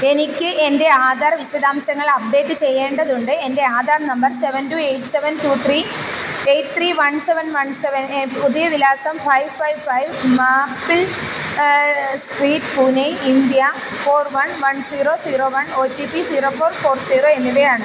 എനിക്ക് എൻ്റെ ആധാർ വിശദാംശങ്ങൾ അപ്ഡേറ്റ് ചെയ്യേണ്ടതുണ്ട് എൻ്റെ Aadhaar number seven two eight seven two three eight three one seven one seven A പുതിയ വിലാസം five five five maple street Pune India four one one zero zero one O T P zero four four zero എന്നിവയാണ്